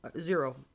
zero